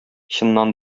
чыннан